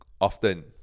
often